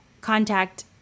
contact